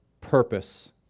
purpose